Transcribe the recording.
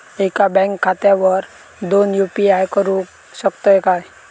एका बँक खात्यावर दोन यू.पी.आय करुक शकतय काय?